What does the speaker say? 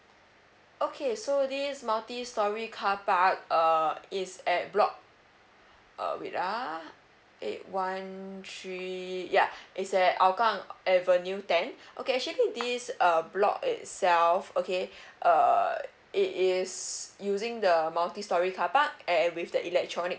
okay so this multi storey carpark uh is at block uh wait ah eight one three yeah it's at hougang avenue ten okay actually this uh block itself okay err it is using the multi storey carpark and with the electronic